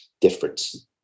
difference